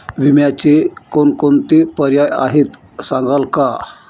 विम्याचे कोणकोणते पर्याय आहेत सांगाल का?